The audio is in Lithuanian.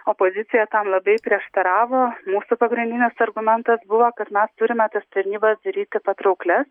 opozicija tam labai prieštaravo mūsų pagrindinis argumentas buvo kad mes turime tas tarnybas daryti patrauklias